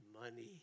money